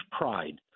pride